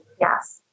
Yes